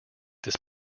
this